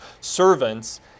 servants